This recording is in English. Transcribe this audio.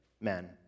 men